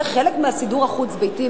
זה חלק מהסידור החוץ-ביתי,